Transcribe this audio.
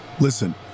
Listen